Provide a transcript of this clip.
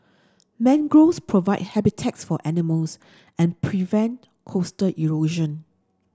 mangroves provide habitats for animals and prevent coastal erosion